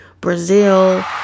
Brazil